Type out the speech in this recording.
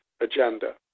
agenda